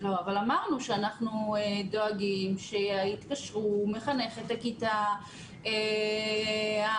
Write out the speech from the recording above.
אבל אמרנו שאנחנו דואגים שיתקשרו מחנכת הכיתה --- בסדר,